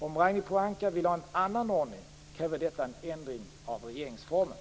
Om Ragnhild Pohanka vill ha en annan ordning kräver detta en ändring av regeringsformen.